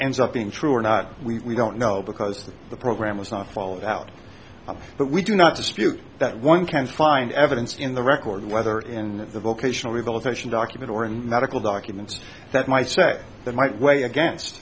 ends up being true or not we don't know because the program was not followed out but we do not dispute that one can find evidence in the record whether in the vocational rehabilitation document or in medical documents that might check that might weigh against